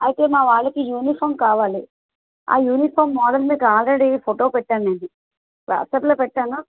అయితే మా వాళ్ళకి యూనిఫామ్ కావాలి ఆ యూనిఫామ్ మోడల్ మీకు ఆల్రెడీ ఫోటో పెట్టాను అండి వాట్సాప్లో పెట్టాను